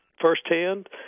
firsthand